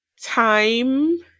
time